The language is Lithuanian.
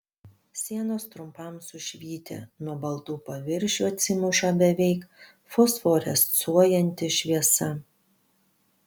sienos trumpam sušvyti nuo baltų paviršių atsimuša beveik fosforescuojanti šviesa